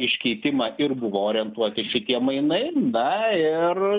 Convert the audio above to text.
iškeitimą ir buvo orientuoti šitie mainai na ir